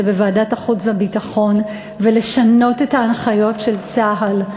בוועדת החוץ והביטחון ולשנות את ההנחיות של צה"ל.